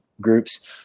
groups